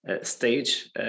stage